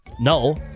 no